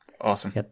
Awesome